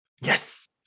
Yes